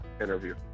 interview